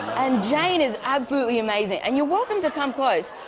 and jane is absolutely amazing. and you're welcome to come close.